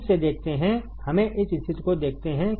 फिर से देखते हैं हमें इस स्थिति को देखते हैं